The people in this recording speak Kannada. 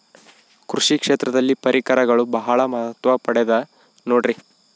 ಕೃಷಿ ಕ್ಷೇತ್ರದಲ್ಲಿ ಪರಿಕರಗಳು ಬಹಳ ಮಹತ್ವ ಪಡೆದ ನೋಡ್ರಿ?